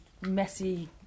messy